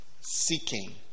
Seeking